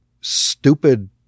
stupid